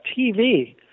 TV